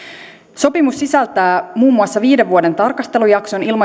sopimus sisältää muun muassa viiden vuoden tarkastelujakson